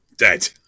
dead